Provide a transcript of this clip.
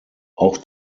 auch